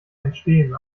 entstehen